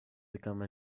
become